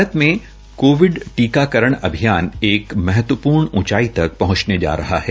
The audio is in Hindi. भारत में कोविड टीकाकरण अभियान एक महत्वपूर्ण ऊंचाई तक पहंचने जा रहा है